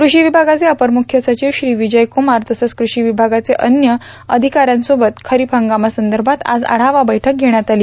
कृषी विभागाचे अपर मुख्य सचिव श्री विजय कुमार तसंच कृषी विभागाचे अन्य अधिकाऱ्यांसोबत खरीप हंगामासंदर्भात आज आढावा बैठक घेण्यात आली